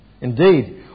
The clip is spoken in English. Indeed